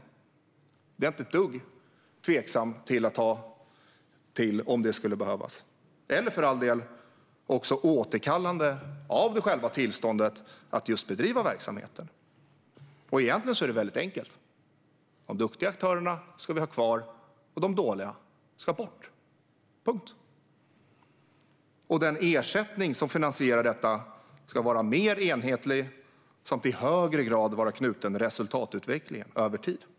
Det är jag inte ett dugg tveksam till att ta till om det skulle behövas, eller för all del också ett återkallande av själva tillståndet att bedriva verksamheten. Egentligen är det väldigt enkelt: De duktiga aktörerna ska vi ha kvar och de dåliga ska bort, punkt. Och den ersättning som finansierar detta ska vara mer enhetlig samt i högre grad vara knuten till resultatutvecklingen över tid.